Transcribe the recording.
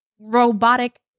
robotic